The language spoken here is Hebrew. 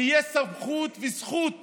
תהיה סמכות וזכות